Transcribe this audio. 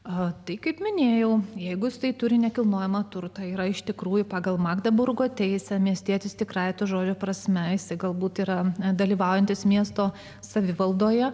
o tai kaip minėjau jeigu tai turi nekilnojamą turtą yra iš tikrųjų pagal magdeburgo teisę miestietis tikrai to žodžio prasme jis galbūt yra nedalyvaujantis miesto savivaldoje